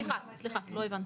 סליחה, לא הבנתי.